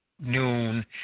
noon